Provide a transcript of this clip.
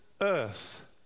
earth